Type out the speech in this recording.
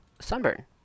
Sunburn